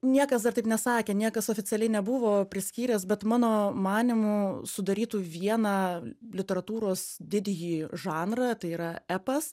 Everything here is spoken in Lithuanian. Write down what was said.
niekas dar taip nesakė niekas oficialiai nebuvo priskyręs bet mano manymu sudarytų vieną literatūros didįjį žanrą tai yra epas